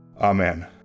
Amen